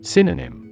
Synonym